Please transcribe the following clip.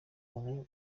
ubu